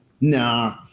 Nah